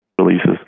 releases